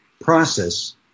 process